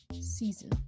season